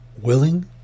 willing